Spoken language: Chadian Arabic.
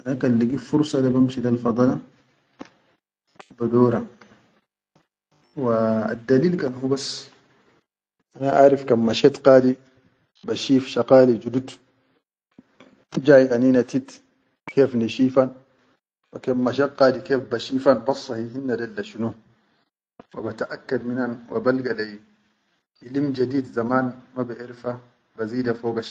Ana kan ligit fursa da banshi lel fada badora wa addalil ke kan hubas ana arif kan mashet kadi, ba shif shagali judud, jay anina tit kef nishifa kan mashet kadi kef bashifan bessahi hinne dol da shunu wa bataʼakkat minna wa bilga leyi hilim jadid zaman mabaʼerifa ba zida.